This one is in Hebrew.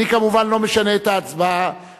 אני כמובן לא משנה את ההצבעה,